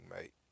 mate